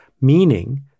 meaning